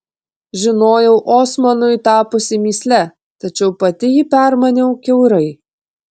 žinojau osmanui tapusi mįsle tačiau pati jį permaniau kiaurai